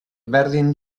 berdin